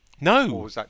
No